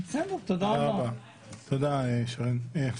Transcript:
אבל אני אומר לכם ברצינות, זה